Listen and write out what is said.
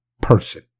person